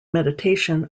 meditation